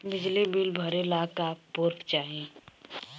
बिजली बिल भरे ला का पुर्फ चाही?